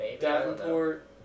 Davenport